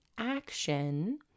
action